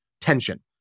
tension